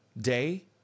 day